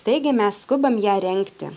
taigi mes skubam ją rengti